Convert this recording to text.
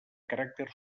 caràcter